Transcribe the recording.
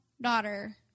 daughter